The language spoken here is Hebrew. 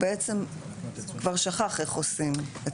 הוא כבר שכח איך עושים.